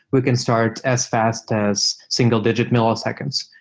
we can start as fast as single digit milliseconds.